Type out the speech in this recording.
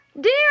dear